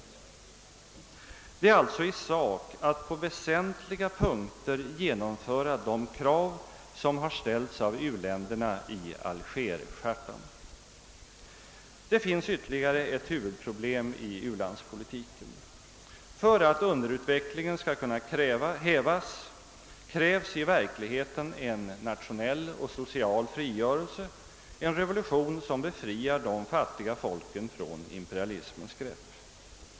Det gäller alltså i sak att på väsentliga punkter genomföra de krav som ställs av u-länderna i Algerchartan. Det finns ytterligare ett huvudproblem i u-landspolitiken. För att underutvecklingen skall kunna hävas krävs i verkligheten en nationell och social frigörelse — en revolution som befriar de fattiga folken från imperialismens grepp.